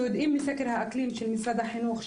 אנו יודעים מסקר האקלים של משרד החינוך,